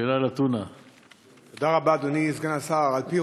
תודה רבה, אדוני סגן השר.